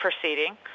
proceeding